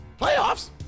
Playoffs